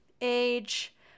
age